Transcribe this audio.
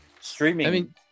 streaming